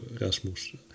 Rasmus